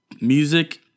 music